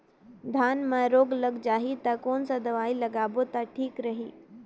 धान म रोग लग जाही ता कोन सा दवाई लगाबो ता ठीक रही?